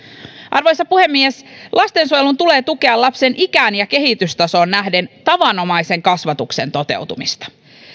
arvoisa puhemies lastensuojelun tulee tukea lapsen ikään ja kehitystasoon nähden tavanomaisen kasvatuksen toteutumista